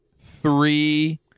three